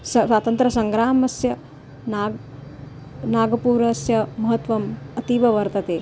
स स्वातन्त्र्यसङ्ग्रामस्य नाग् नागपुरस्य महत्वम् अतीव वर्तते